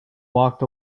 walked